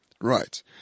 Right